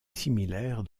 similaire